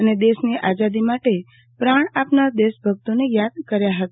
અને દેશની આઝાદી માટે પ્રાણ આપનાર દેશભક્તોને યાદ કર્યા હતા